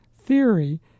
theory